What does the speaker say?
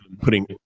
putting